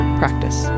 practice